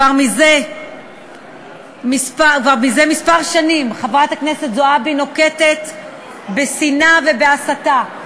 זה כמה שנים חברת הכנסת זועבי נוקטת שנאה והסתה,